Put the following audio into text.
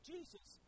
Jesus